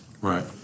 Right